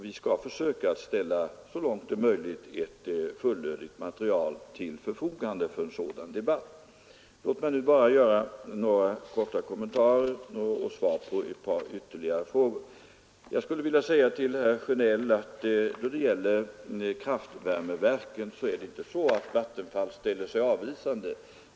Vi skall försöka att — så långt möjligt — ställa ett fullödigt material till förfogande för en sådan debatt. Låt mig bara göra några kommentarer och ge svar på ytterligare ett par frågor. När det gäller kraftvärmeverken, herr Sjönell, ställer sig inte Vattenfall avvisande.